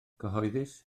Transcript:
cyhoeddus